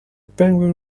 penguin